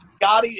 Gotti